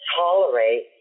tolerate